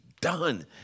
done